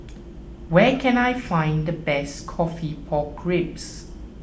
where can I find the best Coffee Pork Ribs